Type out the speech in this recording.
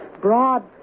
broad